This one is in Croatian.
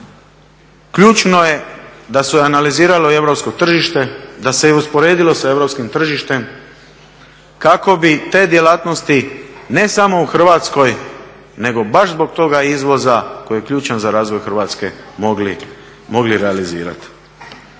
tako, ključno je da su je analizirali i europsko tržište da se je usporedilo sa europskim tržištem kako bi te djelatnosti ne samo u Hrvatskoj nego baš zbog toga izvoza koji je ključan za razvoj Hrvatske mogli realizirati.